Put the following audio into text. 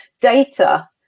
data